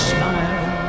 Smile